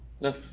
No